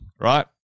right